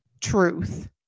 Truth